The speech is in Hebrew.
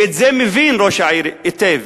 ואת זה מבין ראש העיר היטב,